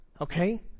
Okay